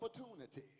opportunity